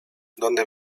donde